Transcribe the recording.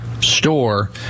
Store